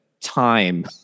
time